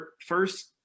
first –